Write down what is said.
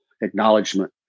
acknowledgement